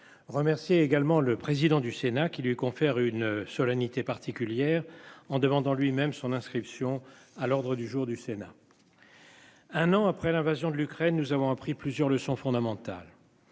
Remercier également le président du Sénat qui lui confère une solennité particulière en demandant lui-même son inscription à l'ordre du jour du Sénat. Un an après l'invasion de l'Ukraine. Nous avons appris plusieurs leçons fondamentales.